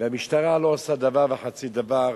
והמשטרה לא עושה דבר וחצי דבר,